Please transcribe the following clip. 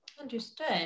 Understood